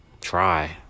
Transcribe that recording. try